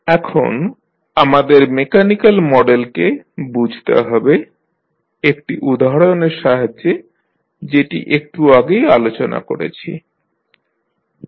এখন আমাদের মেকানিক্যাল মডেলকে বুঝতে হবে একটি উদাহরণের সাহায্যে যেটি একটু আগেই আলোচনা করেছি